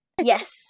Yes